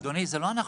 אדוני, זה לא אנחנו.